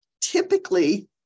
Typically